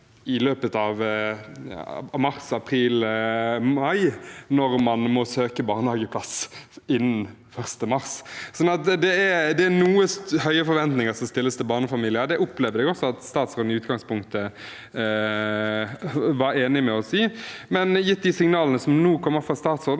i løpet av mars, april eller mai, når man må søke barnehageplass innen 1. mars. Det er noe høye forventninger å stille til barnefamilier. Det opplevde jeg også at statsråden i utgangspunktet var enig med oss i, men gitt de signalene som nå kommer fra statsråden,